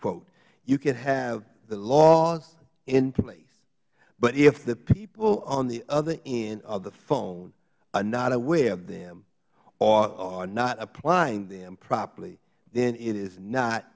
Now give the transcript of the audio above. quote you could have the laws in place but if the people on the other end of the phone are not aware of them or are not applying them properly then it is not